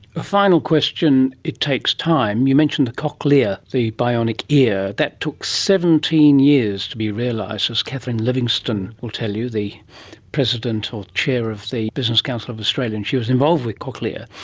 a final question, it takes time, you mentioned the cochlear, the bionic ear, that took seventeen years to be realised, as catherine livingstone will tell you, the president or chair of the business council of australia, and she was involved with cochlear.